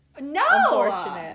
No